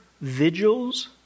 vigils